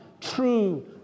true